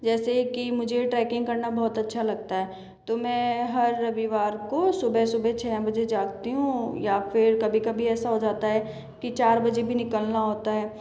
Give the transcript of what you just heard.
जैसे कि मुझे ट्रैकिंग करना बहुत अच्छा लगता है तो मैं हर रविवार को सुबह सुबह छ बजे जागती हूँ या फिर कभी कभी ऐसा हो जाता है कि चार बजे भी निकलना होता है